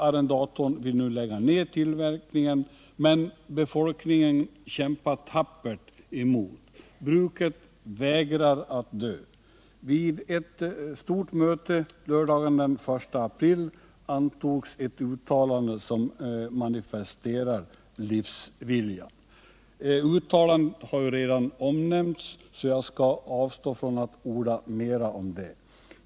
Arrendatorn vill nu lägga ner tillverkningen, men befolkningen kämpar tappert emot. Bruket vägrar att dö. Vid ett stort möte lördagen den 1 april antogs ett uttalande som manifesterar livsviljan. Uttalandet har redan omnämnts, så jag skall avstå från att orda mera om det.